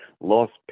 lost